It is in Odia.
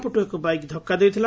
ପଟୁ ଏକ ବାଇକ ଧକୁ ଦେଇଥିଲା